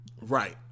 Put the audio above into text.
Right